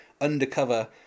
undercover